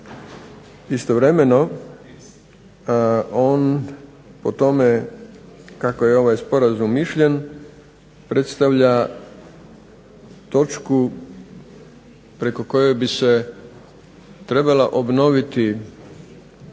Istovremeno on o tome kako je ovaj sporazum mišljen predstavlja točku preko koje bi se trebala obnoviti ne